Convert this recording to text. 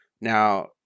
Now